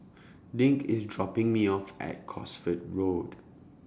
Dink IS dropping Me off At Cosford Road